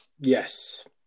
Yes